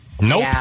Nope